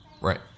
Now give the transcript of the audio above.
Right